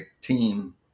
team